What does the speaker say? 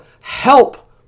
help